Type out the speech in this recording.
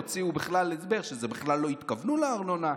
הוציאו הסבר שבכלל לא התכוונו לארנונה,